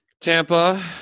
Tampa